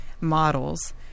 models